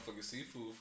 seafood